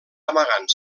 amagant